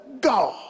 God